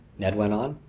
ned went on.